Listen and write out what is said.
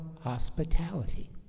hospitality